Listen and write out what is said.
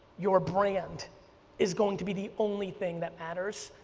your brand is going to be the only thing that matters,